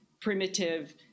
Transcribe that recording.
primitive